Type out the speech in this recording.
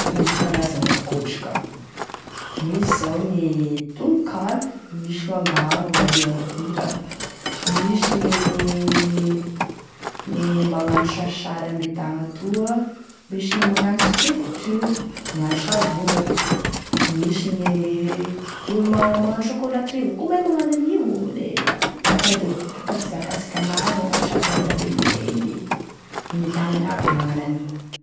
Misy karazany atokotry ka: misy zao gne tononkalo, misy gn'angano angano arira arira, misy gne gne magnano sarisary ame tagna toa, misy gne magnano sculpture, magnano sarivongany, misy gn'olo magnano chocolaterie avao koa mahay magnano an'io, lapin de Pâques fizakasika an'azy, sary dadabe noely, gne tagnany aby e magnano an'igny.